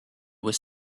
was